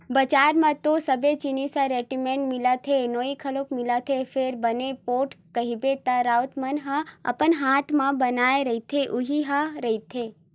बजार म तो सबे जिनिस ह रेडिमेंट मिलत हे नोई घलोक मिलत हे फेर बने पोठ कहिबे त राउत मन ह अपन हात म बनाए रहिथे उही ह रहिथे